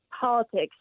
politics